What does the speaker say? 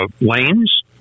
lanes